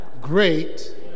great